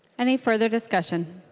any further discussion?